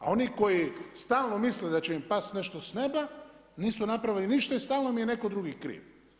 A oni koji stalno misle da će im past nešto s neba nisu napravili ništa i stalno im je netko drugi kriv.